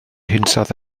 hinsawdd